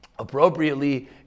Appropriately